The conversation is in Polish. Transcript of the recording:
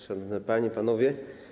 Szanowni Panie i Panowie!